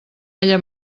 ella